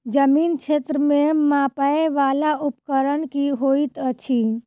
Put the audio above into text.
जमीन क्षेत्र केँ मापय वला उपकरण की होइत अछि?